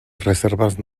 reservas